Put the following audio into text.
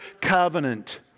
covenant